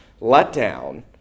letdown